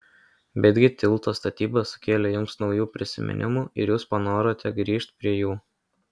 betgi tilto statyba sukėlė jums naujų prisiminimų ir jūs panorote grįžt prie jų